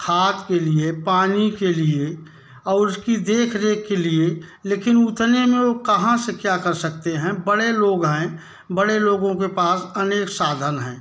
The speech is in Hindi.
खाद के लिए पानी के लिए और उसकी देख रेख के लिए लेकिन उतने में वो कहाँ से क्या कर सकते है बड़े लोग है बड़े लोगों के पास अनेक साधन है